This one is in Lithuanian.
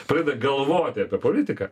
pradeda galvoti apie politiką